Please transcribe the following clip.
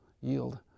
yield